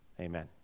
Amen